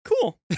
cool